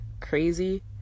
crazy